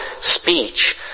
speech